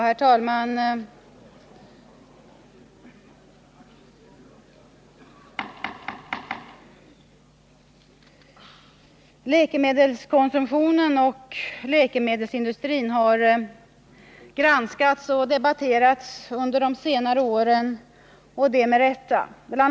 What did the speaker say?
Herr talman! Läkemedelskonsumtionen och läkemedelsindustrin har granskats och debatterats under senare år, och det med rätta. Bl.